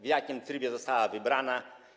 W jakim trybie ona została wybrana?